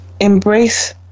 Embrace